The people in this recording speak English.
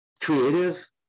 creative